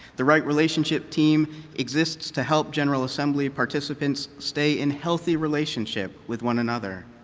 the right relationship team exists to help general assembly participants stay in healthy relationship with one another.